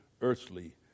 earthly